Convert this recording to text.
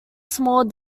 small